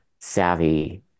savvy